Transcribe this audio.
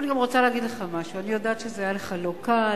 אני גם רוצה להגיד לך משהו: אני יודעת שזה היה לך לא קל,